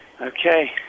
Okay